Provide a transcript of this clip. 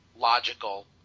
Logical